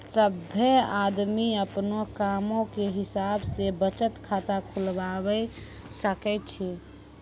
सभ्भे आदमी अपनो कामो के हिसाब से बचत खाता खुलबाबै सकै छै